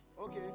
Okay